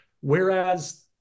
Whereas